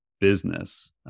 business